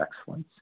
Excellence